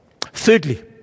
Thirdly